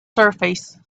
surface